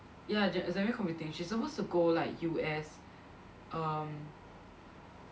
ya Zen Wei computing she's supposed to go like U_S um